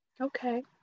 okay